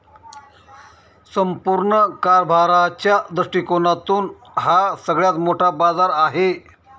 संपूर्ण कारभाराच्या दृष्टिकोनातून हा सगळ्यात मोठा बाजार आहे